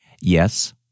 Yes